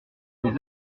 les